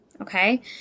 Okay